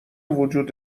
وجود